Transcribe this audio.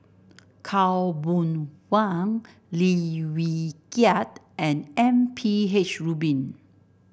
Khaw Boon Wan Lim Wee Kiak and M P H Rubin